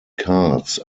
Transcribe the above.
cards